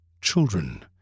children